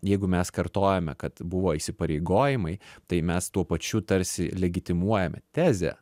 jeigu mes kartojame kad buvo įsipareigojimai tai mes tuo pačiu tarsi legitimuojame tezę